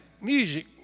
music